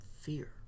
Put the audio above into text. fear